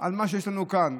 על מה שיש לנו כאן.